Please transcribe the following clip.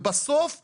ובסוף להגיד,